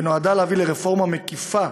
והוא נועד להביא לרפורמה מקיפה